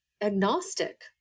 agnostic